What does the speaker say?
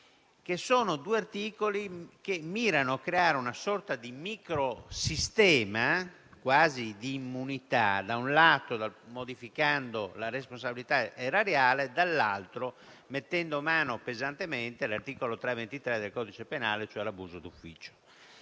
21 e 23, che mirano a creare una sorta di microsistema quasi di immunità - da un lato - modificando la responsabilità erariale e - dall'altro - mettendo mano pesantemente all'articolo 323 del codice penale per abuso d'ufficio.